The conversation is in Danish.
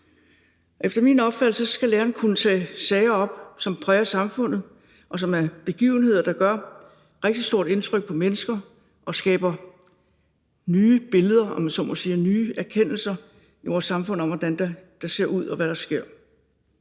Efter min opfattelse skal læreren kunne tage sager op, som præger samfundet, og som er begivenheder, der gør rigtig stort indtryk på mennesker og skaber nye billeder, om jeg så må sige, nye erkendelser i vores samfund om, hvordan der ser ud, og hvad der sker.